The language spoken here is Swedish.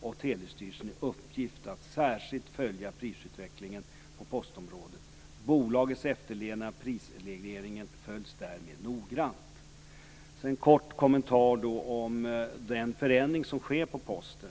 och telestyrelsen i uppgift att särskilt följa prisutvecklingen på postområdet. Bolagets efterlevnad av prisregleringen följs därmed noggrant. Så har jag en kort kommentar om den förändring som sker på Posten.